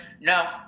no